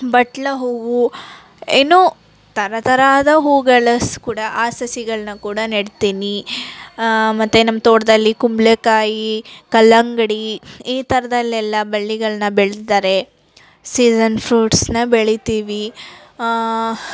ಬಟ್ಲು ಹೂವು ಏನೋ ಥರ ಥರದ ಹೂಗಳಸ್ ಕೂಡ ಆ ಸಸಿಗಳನ್ನ ಕೂಡ ನೆಡ್ತೀನಿ ಮತ್ತು ನಮ್ಮ ತೋಟದಲ್ಲಿ ಕುಂಬಳಕಾಯಿ ಕಲ್ಲಂಗಡಿ ಈ ಥರ್ದಲ್ಲೆಲ್ಲ ಬಳ್ಳಿಗಳನ್ನ ಬೆಳ್ದಿದ್ದಾರೆ ಸೀಝನ್ ಫ್ರೂಟ್ಸನ್ನ ಬೆಳೀತೀವಿ